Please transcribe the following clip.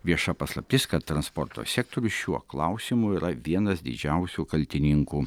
vieša paslaptis kad transporto sektorius šiuo klausimu yra vienas didžiausių kaltininkų